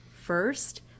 first